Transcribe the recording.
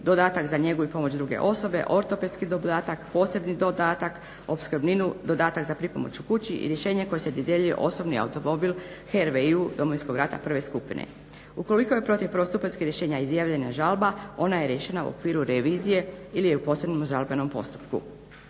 dodatak za njegu i pomoć druge osobe, ortopedski dodatak, posebni dodatak, opskrbninu, dodatak za pripomoć kući i rješenje kojim se dodjeljuje osobni automobil Herve … Domovinskog rata prve skupine. Ukoliko je protiv prvostupanjskih rješenja izjavljena žalba ona je riješena u okviru revizije ili u posebnom žalbenom postupku.